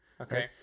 Okay